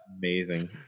amazing